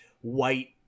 white